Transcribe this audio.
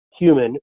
human